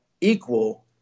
equal